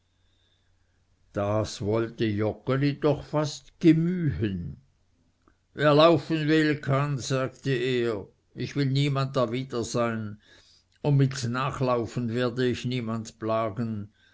das wollte joggeli doch fast gemühen wer laufen will kann sagte er ich will niemand dawider sein und mit nachlaufen werde ich niemand plagen